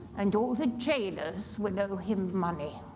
and all the jailers will owe him money.